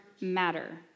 matter